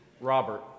Robert